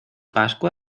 pasqües